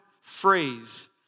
phrase